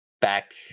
Back